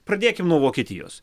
pradėkim nuo vokietijos